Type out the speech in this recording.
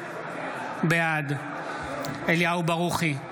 בעד אליהו ברוכי,